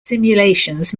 simulations